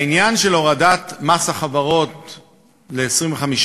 העניין של הורדת מס החברות ל-25%,